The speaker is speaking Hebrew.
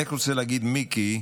אני רק רוצה להגיד, מיקי,